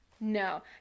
No